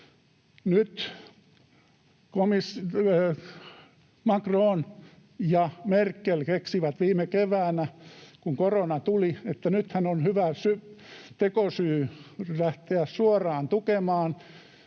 Nyt Macron ja Merkel keksivät viime keväänä, kun korona tuli, että nythän on hyvä tekosyy lähteä suoraan tukemaan